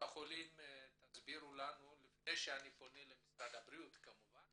לפני שאני פונה למשרד הבריאות כמובן